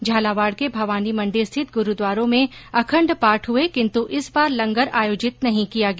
झालावाड़ के भवानी मंडी स्थित ग्रूट्वारों में अखण्ड पाठ हये किन्तु इस बार लंगर आयोजित नहीं किया गया